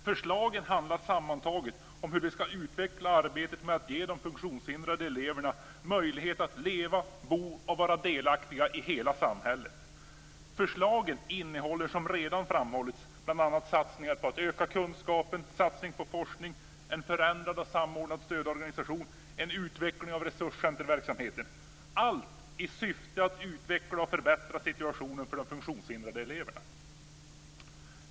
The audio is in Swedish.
Förslagen handlar sammantaget om hur vi ska utveckla arbetet med att ge de funktionshindrade eleverna möjlighet att leva, bo och vara delaktiga i hela samhället. Förslagen innehåller, som redan har framhållits, bl.a. satsningar på att öka kunskapen, satsning på forskning, en förändrad och samordnad stödorganisation och en utveckling av resurscenterverksamheten. Allt görs i syfte att utveckla och förbättra situationen för de funktionshindrade eleverna.